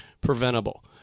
preventable